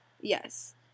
Yes